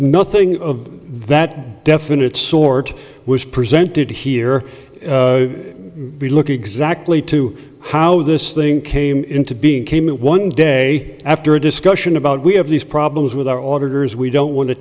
nothing of that definite sort was presented here be looking exactly to how this thing came into being came one day after a discussion about we have these problems with our auditors we don't want to